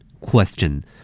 Question